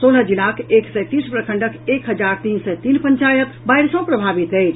सोलह जिलाक एक सय तीस प्रखंडक एक हजार तीन सय तीन पंचायत बाढ़ि सँ प्रभावित अछि